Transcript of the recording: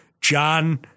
John